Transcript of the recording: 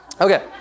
Okay